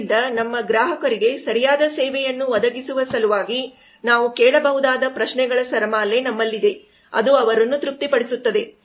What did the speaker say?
ಆದ್ದರಿಂದ ನಮ್ಮ ಗ್ರಾಹಕರಿಗೆ ಸರಿಯಾದ ಸೇವೆಯನ್ನು ಒದಗಿಸುವ ಸಲುವಾಗಿ ನಾವು ಕೇಳಬಹುದಾದ ಪ್ರಶ್ನೆಗಳ ಸರಮಾಲೆ ನಮ್ಮಲ್ಲಿದೆ ಅದು ಅವರನ್ನು ತೃಪ್ತಿಪಡಿಸುತ್ತದೆ